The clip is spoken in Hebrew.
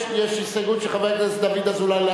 חברי הכנסת, נא